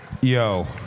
Yo